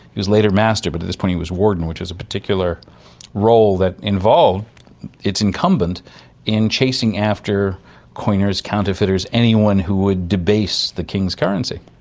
he was later master but at this point he was a warden, which was a particular role that involved its incumbent in chasing after coiners, counterfeiters, anyone who would debase the king's currency.